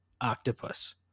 octopus